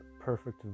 perfect